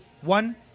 one